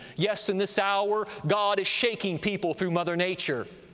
yes, in this hour, god is shaking people through mother nature.